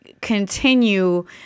continue